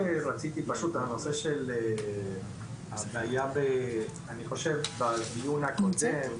לגבי הנושא שהיה בדיון הקודם,